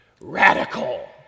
Radical